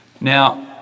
Now